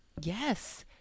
yes